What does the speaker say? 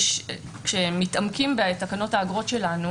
כשמתעמקים בתקנות האגרות שלנו,